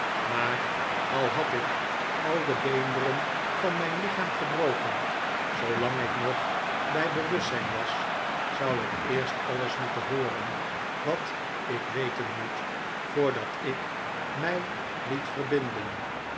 maar al had ik al de beenderen van mijn lichaam gebroken zoolang ik nog bij bewustzijn was zou ik eerst alles moeten hooren wat ik weten moet voordat ik mij liet verbinden